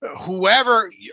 Whoever